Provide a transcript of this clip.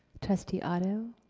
trustee otto?